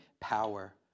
power